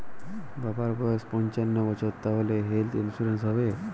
বাবার বয়স পঞ্চান্ন বছর তাহলে হেল্থ ইন্সুরেন্স হবে?